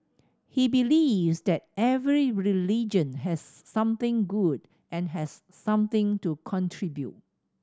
he believes that every religion has something good and has something to contribute